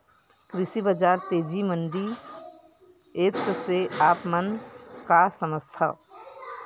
कृषि बजार तेजी मंडी एप्प से आप मन का समझथव?